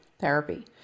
therapy